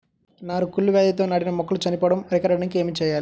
నారు కుళ్ళు వ్యాధితో నాటిన మొక్కలు చనిపోవడం అరికట్టడానికి ఏమి చేయాలి?